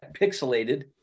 pixelated